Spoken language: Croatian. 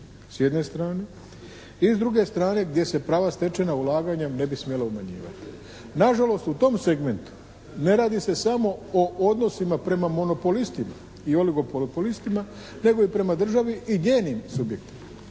s jedne strane i s druge strane gdje se prava stečena ulaganjem ne bi smjela umanjivati. Na žalost u tom segmentu ne radi se samo o odnosima prema monopolistima i oligomonopolistima, nego i prema državi i njenim subjektima.